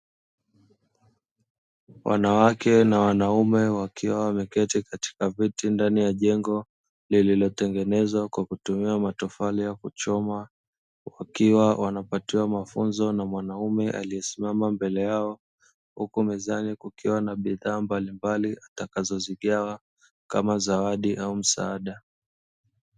Wanawake na wanaume wakiwa wameketi katika viti ndani ya jengo lililotengenezwa kwa kutumia matofali ya kuchoma, wakiwa wanapatiwa mafunzo na mwanaume aliyesimama mbele yao, huku mezani kukiwa na bidhaa mbalimbali atakazozigawa kama zawadi au msaada.